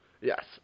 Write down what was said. Yes